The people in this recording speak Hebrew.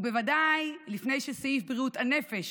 ובוודאי לפני שסעיף בריאות הנפש